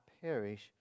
perish